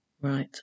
right